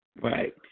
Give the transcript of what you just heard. Right